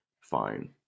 fine